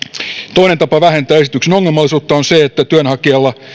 toinen tapa vähentää esityksen ongelmallisuutta on se että työnhakijalla